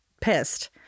pissed